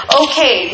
okay